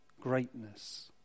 greatness